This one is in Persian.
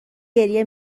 گریه